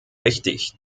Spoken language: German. wichtig